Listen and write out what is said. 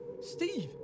Steve